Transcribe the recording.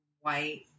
white